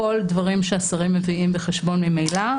הכל דברים שהשרים מביאים בחשבון ממילא.